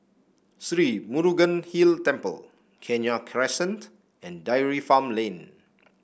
Sri Murugan Hill Temple Kenya Crescent and Dairy Farm Lane